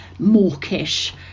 mawkish